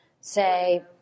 say